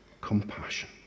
compassion